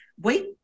wait